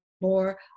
more